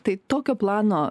tai tokio plano